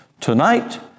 Tonight